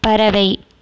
பறவை